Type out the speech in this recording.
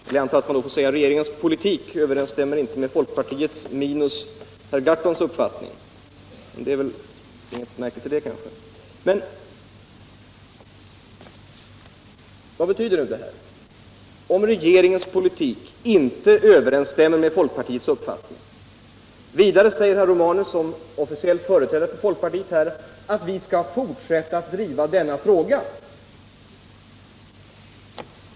Jag antar att man nu får säga att regeringens politik inte överensstämmer med den uppfattning folkpartiet minus herr Gahrton har. Vad betyder nu detta att regeringens politik inte överensstämmer med folkpartiets uppfattning? Herr Romanus säger också som officiell företrädare för folkpartiet: Vi skall fortsätta att driva denna fråga till en förändring.